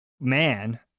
man